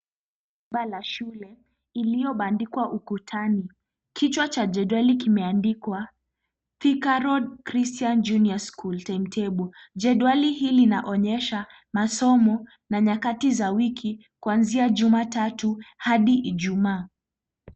Paa la shule iliyobandikwa ukutani kichwa cha jedwali kimeandikwa Thika Road Christian Junior School Timetable. Jedwali hii linaonyesha masomo na nyakati za wiki kuanzia juma tatu hadi ijumaa.